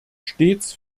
stets